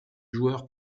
joueur